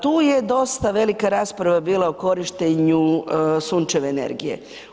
Tu je dosta velika rasprava bila o korištenju sunčeve energije.